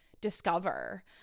discover